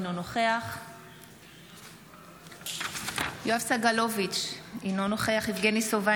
אינו נוכח יואב סגלוביץ' אינו נוכח יבגני סובה,